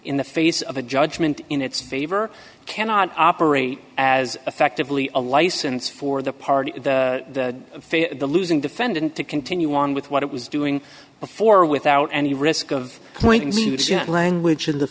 in the face of a judgment in its favor cannot operate as effectively a license for the party to fail the losing defendant to continue on with what it was doing before without any risk of language in the